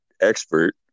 expert